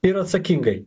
ir atsakingai